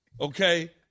okay